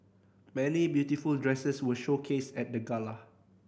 many beautiful dresses were showcased at the gala